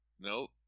Nope